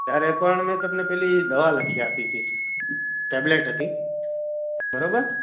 ત્યારે પણ મેં તમને પેલી દવા લખી આપી હતી ટેબ્લેટ હતી બરાબર